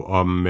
om